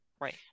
right